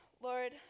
Lord